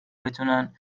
بتونن